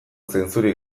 zainzuri